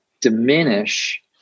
diminish